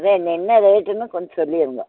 அதுதான் என்ன ரேட்டுன்னு கொஞ்சம் சொல்லிடுங்க